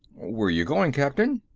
where you goin', captain?